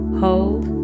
hold